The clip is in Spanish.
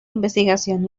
investigación